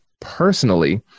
personally